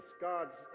God's